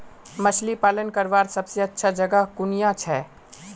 मछली पालन करवार सबसे अच्छा जगह कुनियाँ छे?